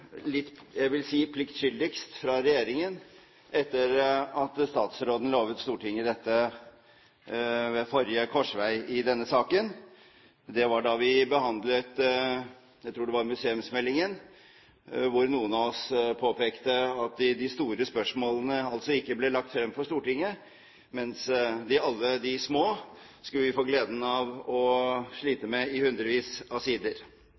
litt, jeg vil si, pliktskyldigst fra regjeringen etter at statsråden lovet Stortinget dette ved forrige korsvei i denne saken. Jeg tror det var da vi behandlet museumsmeldingen, hvor noen av oss påpekte at de store spørsmålene altså ikke ble lagt frem for Stortinget, mens alle de små skulle vi få gleden av å slite med i hundrevis av sider.